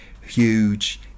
huge